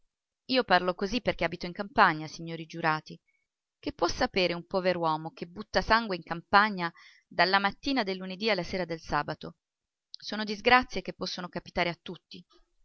io parlo così perché abito in campagna signori giurati che può sapere un pover uomo che butta sangue in campagna dalla mattina del lunedì alla sera del sabato sono disgrazie che possono capitare a tutti